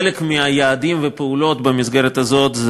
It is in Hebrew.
חלק מהיעדים והפעולות במסגרת הזאת הם